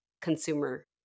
consumer